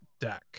deck